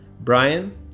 Brian